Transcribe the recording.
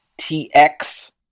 TX